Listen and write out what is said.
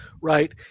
right